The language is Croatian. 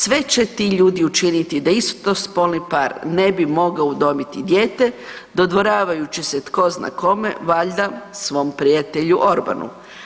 Sve će ti ljudi učiniti da istospolni par ne bi mogao udomiti dijete dodvoravajući se tko zna kome, valjda svom prijatelju Orbanu.